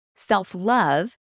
Self-love